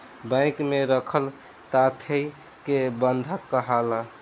bank में रखल थाती के बंधक काहाला